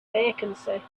vacancy